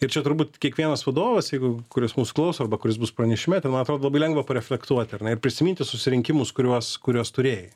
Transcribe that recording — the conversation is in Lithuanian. ir čia turbūt kiekvienas vadovas jeigu kuris mūsų klauso arba kuris bus pranešime ten man atrodo labai lengva pareflektuot ar ne ir prisiminti susirinkimus kuriuos kurios turėjai